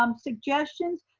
um suggestions,